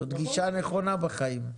זאת גישה נכונה בחיים.